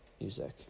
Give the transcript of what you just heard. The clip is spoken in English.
music